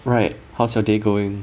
right how's your day going